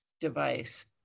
device